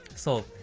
so,